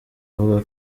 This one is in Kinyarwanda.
uvuga